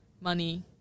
money